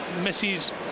misses